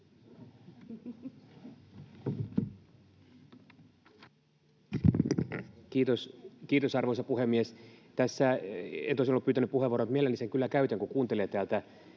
Kiitos, arvoisa puhemies! Tässä en tosin ollut pyytänyt puheenvuoroa, mutta mielelläni sen kyllä käytän, kun kuuntelen täältä